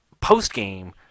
post-game